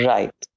Right